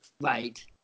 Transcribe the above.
Right